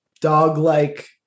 dog-like